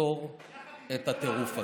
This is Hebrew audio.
לעצור את הטירוף הזה.